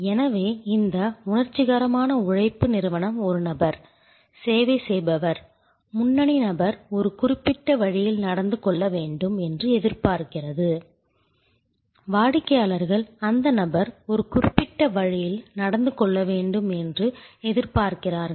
எனவே இந்த உணர்ச்சிகரமான உழைப்பு நிறுவனம் ஒரு நபர் சேவை செய்பவர் முன்னணி நபர் ஒரு குறிப்பிட்ட வழியில் நடந்து கொள்ள வேண்டும் என்று எதிர்பார்க்கிறது வாடிக்கையாளர்கள் அந்த நபர் ஒரு குறிப்பிட்ட வழியில் நடந்து கொள்ள வேண்டும் என்று எதிர்பார்க்கிறார்கள்